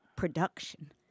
production